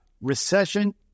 recession